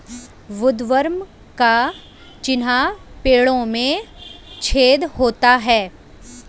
woodworm का चिन्ह पेड़ों में छेद होता है